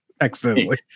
accidentally